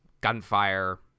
gunfire